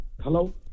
Hello